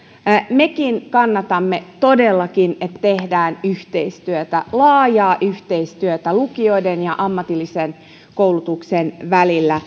mekin kannatamme todellakin että tehdään yhteistyötä laajaa yhteistyötä lukioiden ja ammatillisen koulutuksen välillä